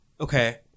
Okay